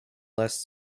less